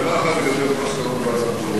שאלה אחת לגבי מסקנות ועדת-גורן,